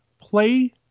play